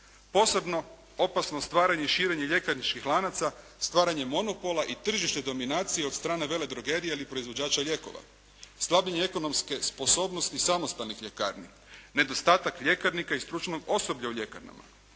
Posebno opasno stvaranje i širenje ljekarničkih lanaca, stvaranje monopola i tržište dominacije od strane veledrogerije ili proizvođača lijekova. Slabljenje ekonomske sposobnosti samostalnih ljekarni, nedostatak ljekarnika i stručnog osoblja u ljekarnama.